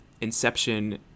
Inception